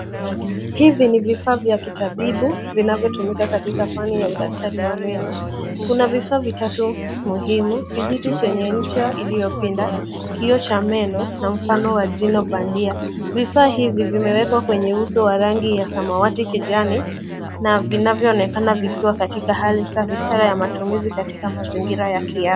Hivi ni vifaa vya kitabibu vinavyotumika katika fani ya udaktari wa meno, kuna vifaa vitatu muhimu kijiti chenye ncha iliyopinda, kioo cha meno na mfano wa jino bandia ,vifaa hivi vimewekwa kwenye uso wa rangi ya samawati kijani na vinavyoonekana vikiwa katika hali za biashara ya matumizi katika mazingira ya kiafya.